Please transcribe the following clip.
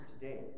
today